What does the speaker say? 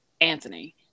Anthony